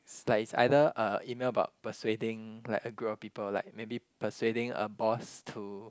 it's like it's either a E-mail about persuading like a grown people like maybe persuading a boss to